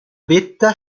vetta